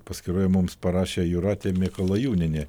paskyroje mums parašė jūratė mikalajūnienė